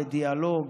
בדיאלוג,